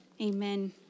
Amen